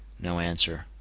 no answer.